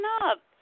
up